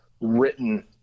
written